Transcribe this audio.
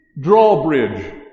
drawbridge